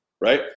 right